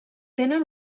tenen